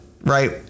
Right